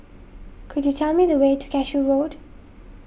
could you tell me the way to Cashew Road